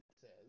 says